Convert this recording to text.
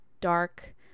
dark